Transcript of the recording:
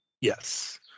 Yes